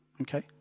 Okay